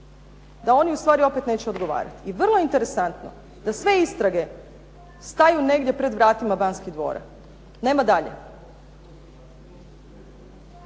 da oni ustvari opet neće odgovarati. I vrlo interesantno da sve istrage staju negdje pred vratima Banskih dvora, nema dalje.